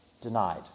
denied